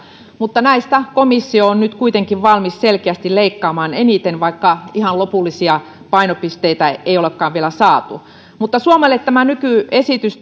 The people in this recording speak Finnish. mutta näistä komissio on nyt kuitenkin valmis selkeästi leikkaamaan eniten vaikka ihan lopullisia painopisteitä ei ollakaan vielä saatu mutta suomelle tämä nykyesitys